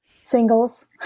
singles